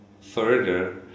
further